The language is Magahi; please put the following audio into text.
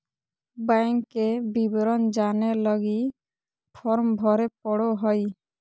बैंक के विवरण जाने लगी फॉर्म भरे पड़ो हइ